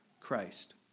Christ